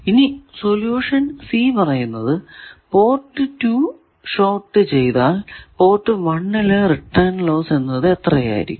ഇനി solution c പറയുന്നത് port 2 short ചെയ്താൽ പോർട്ട് 1 ലെ റിട്ടേൺ ലോസ് എന്നത് എത്രയായിരിക്കും